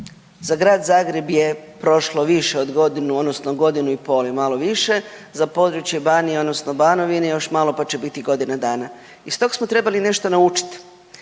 za Grad Zagreb je prošlo više od godinu, odnosno godinu i pol i malo više, za područje Banije odnosno Banovine, još malo pa će biti godina dana. Iz tog smo trebali nešto naučiti.